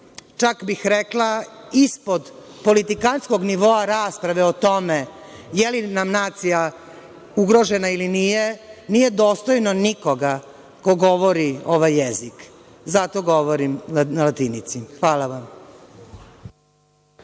čak bih rekla, ispod politikantskog nivoa rasprave o tome je li nam nacija ugrožena ili nije, nije dostojno nikoga ko govori ovaj jezik. Zato govorim na latinici. Hvala vam.